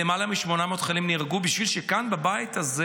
למעלה מ-800 חיילים נהרגו בשביל שכאן בבית הזה